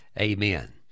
amen